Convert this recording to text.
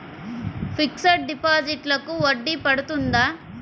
Fixed డిపాజిట్లకు వడ్డీ పడుతుందా?